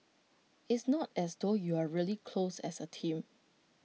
it's not as though you're really close as A team